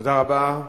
תודה רבה.